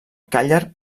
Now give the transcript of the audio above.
càller